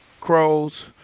crows